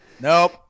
Nope